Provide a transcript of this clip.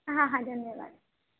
હાહા ધન્યવાદ